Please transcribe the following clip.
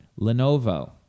Lenovo